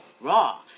raw